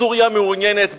סוריה מעוניינת במים,